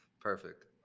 Perfect